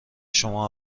شما